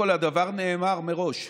קודם כול, הדבר נאמר מראש.